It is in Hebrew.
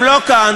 הם לא כאן,